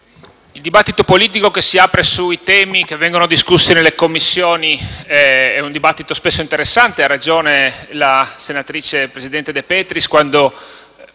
il dibattito politico che si apre sui temi che vengono discussi nelle Commissioni è un dibattito spesso interessante. Ha ragione la senatrice De Petris: